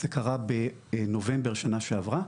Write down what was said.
זה קרה בנובמבר שנה שעברה,